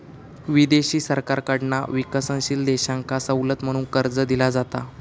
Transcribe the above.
विदेशी सरकारकडना विकसनशील देशांका सवलत म्हणून कर्ज दिला जाता